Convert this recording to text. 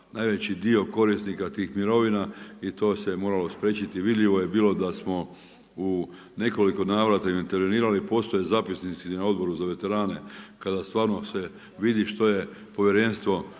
najveći dio korisnika tih mirovina i to se moralo spriječiti. Vidljivo je bilo da smo u nekoliko navrata intervenirali, postoje zapisnici na Odboru za veterane kada stvarno se vidi što je povjerenstvo